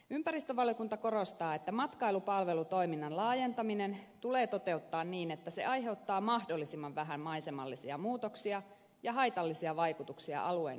ympäristövaliokunta korostaa että matkailupalvelutoiminnan laajentaminen tulee toteuttaa niin että se aiheuttaa mahdollisimman vähän maisemallisia muutoksia ja haitallisia vaikutuksia alueen herkälle luonnolle